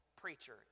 preacher